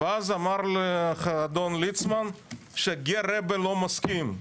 ואז אמר לי אדון ליצמן, שהרב'ה לא מסכים,